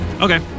Okay